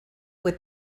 with